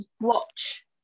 watch